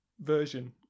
version